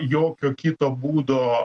jokio kito būdo